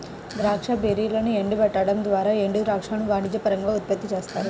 ద్రాక్ష బెర్రీలను ఎండబెట్టడం ద్వారా ఎండుద్రాక్షను వాణిజ్యపరంగా ఉత్పత్తి చేస్తారు